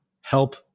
help